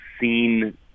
seen